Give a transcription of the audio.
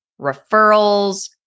referrals